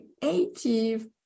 creative